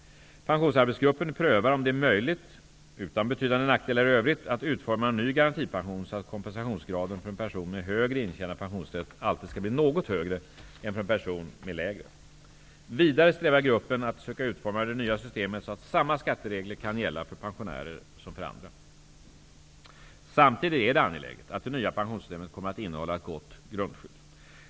Pensionsarbetsgruppen prövar om det är möjligt, utan betydande nackdelar i övrigt, att utforma en ny garantipension så att kompensationsgraden för en person med högre intjänad pensionsrätt alltid skall bli något högre än för en person med lägre. Vidare strävar gruppen att söka utforma det nya systemet så att samma skatteregler kan gälla för pensionärer som för andra. Samtidigt är det angeläget att det nya pensionssystemet kommer att innehålla ett gott grundskydd.